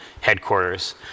headquarters